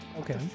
Okay